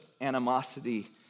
animosity